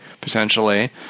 potentially